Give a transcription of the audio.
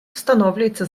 встановлюється